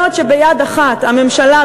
בעוד שביד אחת הממשלה,